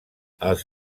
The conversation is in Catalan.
els